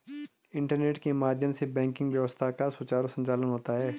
internet के माध्यम से बैंकिंग व्यवस्था का सुचारु संचालन होता है